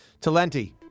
Talenti